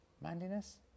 Manliness